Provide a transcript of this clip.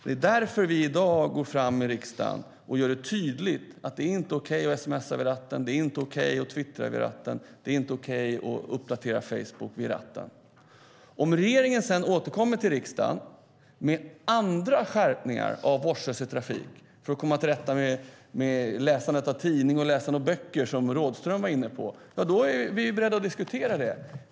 Det är därför vi i dag går fram i riksdagen och gör det tydligt att det inte är okej att sms:a, twittra eller uppdatera Facebook vid ratten. Om regeringen sedan återkommer till riksdagen med andra skärpningar av lagstiftningen om vårdslöshet i trafik för att komma till rätta med läsandet av tidningar och böcker, som Rådhström var inne på, är vi beredda att diskutera det.